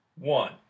one